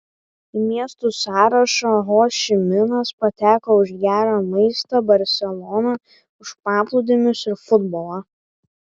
į miestų sąrašą ho ši minas pateko už gerą maistą barselona už paplūdimius ir futbolą